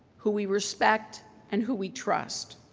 who we respect and who we trust.